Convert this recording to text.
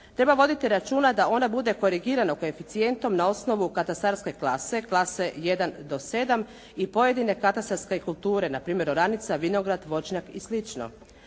treba voditi računa da ona bude korigirana koeficijentom na osnovu katastarske klase jedan do sedam i pojedine katastarske kulture, npr. oranica, vinograd, voćnjak i